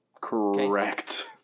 Correct